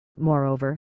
Moreover